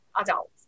adults